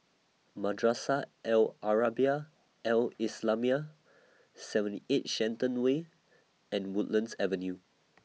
Madrasah Al Arabiah Al Islamiah seventy eight Shenton Way and Woodlands Avenue